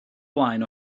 blaen